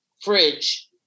fridge